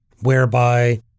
whereby